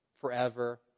forever